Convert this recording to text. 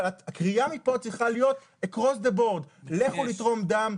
אבל הקריאה מפה צריכה להיות across the board לכו לתרום דם.